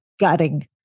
Gutting